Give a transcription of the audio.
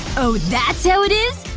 oh, that's how it is?